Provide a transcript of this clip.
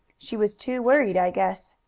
she was too worried, i guess.